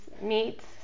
meats